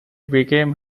became